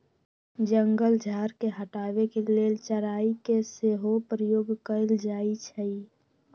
जंगल झार के हटाबे के लेल चराई के सेहो प्रयोग कएल जाइ छइ